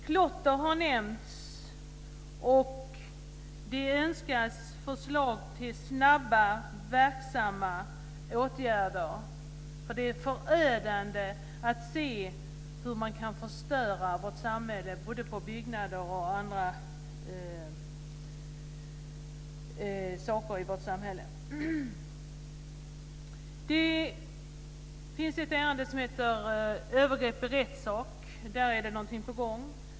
Klotter har nämnts. Det önskas förslag till snabba, verksamma åtgärder. Det är förödande att se hur man kan förstöra vårt samhälle, t.ex. byggnader. Ett område som tas upp är övergrepp i rättssak. Där är det något på gång.